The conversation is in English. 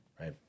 right